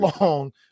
long